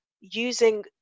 using